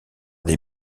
des